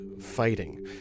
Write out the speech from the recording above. fighting